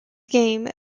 game